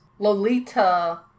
Lolita